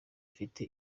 afite